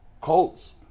Colts